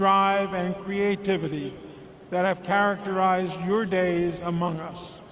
drive, and creativity that have characterized your days among us.